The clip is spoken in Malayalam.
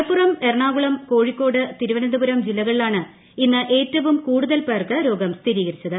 മലപ്പുറം എറണാകുളം കോഴിക്കോട് തിരുവനന്തപുരം ജിലകളിലാണ് ഇന്ന് ഏറവും കുടുതൽ പേർക്ക് രോഗം സ്ഥിരീകരിച്ചത്